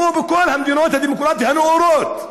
כמו בכל המדינות הדמוקרטיות הנאורות.